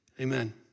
amen